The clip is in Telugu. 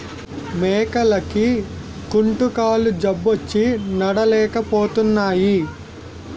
మేకలకి కుంటుకాలు జబ్బొచ్చి నడలేపోతున్నాయి